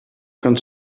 kann